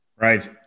Right